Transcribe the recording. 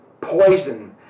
poison